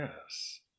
yes